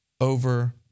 over